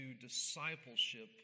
discipleship